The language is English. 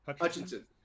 Hutchinson